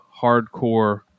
hardcore